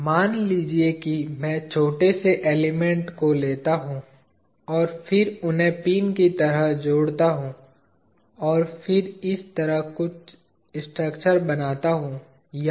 मान लीजिए कि मैं छोटे से एलिमेंट को लेता हूं और फिर उन्हें पिन की तरह जोड़ता हूं और फिर इस तरह कुछ स्ट्रक्चर बनाता हूं